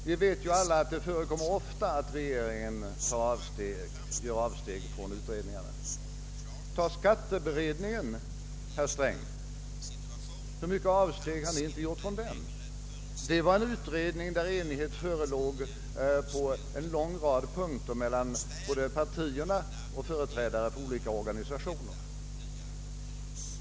Vi vet ju alla att det ofta förekommer att regeringen gör avsteg från enhälliga utredningars förslag. Låt oss ta skatteberedningen, herr Sträng! Hur många avsteg har ni inte gjort från den! Det var en utredning i vilken enighet förelåg på en lång rad punkter både mellan partierna och företrädarna för olika organisationer.